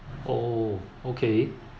oh okay